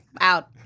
out